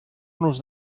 nos